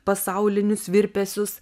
pasaulinius virpesius